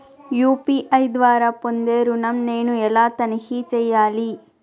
UPI ద్వారా పొందే ఋణం నేను ఎలా తనిఖీ చేయాలి?